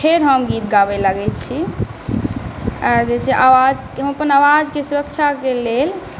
फेर हम गीत गाबय लगै छी आर जे छै आवाज हम अपन अवाजके सुरक्षाके लेल